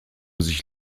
sich